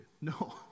No